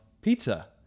pizza